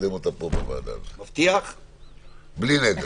נקדם אותה פה בוועדה, בלי נדר.